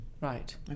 right